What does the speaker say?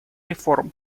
реформ